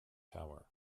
tower